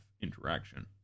interaction